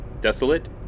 desolate